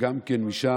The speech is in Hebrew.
וגם כן משם,